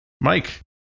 mike